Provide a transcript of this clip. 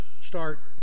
start